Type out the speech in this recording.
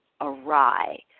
awry